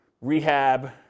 rehab